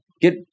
get